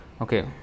okay